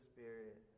Spirit